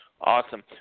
Awesome